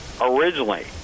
originally